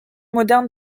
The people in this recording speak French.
moderne